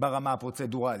ברמה הפרוצדורלית,